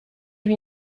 lui